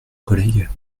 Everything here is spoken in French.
collègues